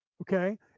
okay